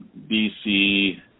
BC